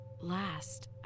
last